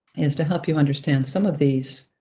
is to help you understand some of these,